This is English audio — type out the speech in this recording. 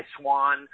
Swan